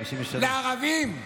53. לערבים.